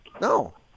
no